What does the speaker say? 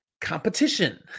competition